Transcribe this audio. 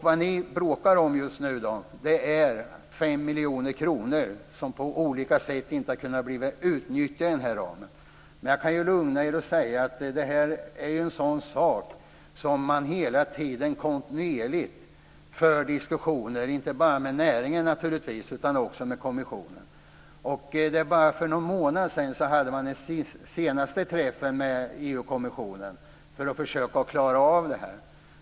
Vad ni just nu bråkar om är 5 miljoner kronor som på olika sätt inte har kunnat utnyttjas inom den här ramen. Men jag kan lugna er och säga att det här är en sådan sak som man kontinuerligt för diskussioner om, inte bara med näringen utan också med kommissionen. För bara någon månad sedan hade man den senaste träffen med EU-kommissionen för att försöka klara av det här.